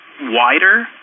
wider